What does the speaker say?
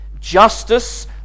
justice